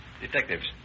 Detectives